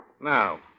Now